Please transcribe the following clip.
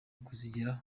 kuzigeraho